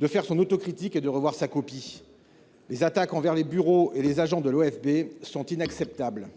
de faire son autocritique et de revoir sa copie. Les attaques envers les bureaux et les agents de l’OFB sont inacceptables.